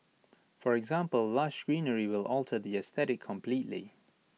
for example lush greenery will alter the aesthetic completely